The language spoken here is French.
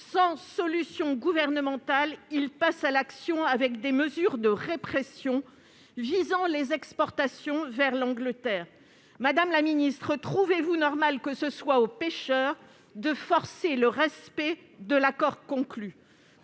Sans solution gouvernementale, ils passent à l'action et envisagent des mesures de rétorsion visant les exportations vers le Royaume-Uni. Madame la ministre, trouvez-vous normal que ce soit aux pêcheurs de forcer le respect de l'accord conclu ?